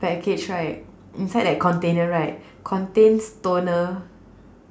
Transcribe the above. package right inside that container right contains toner